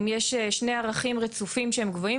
אם יש שני ערכים רצופים שהם גבוהים,